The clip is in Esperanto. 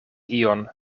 ion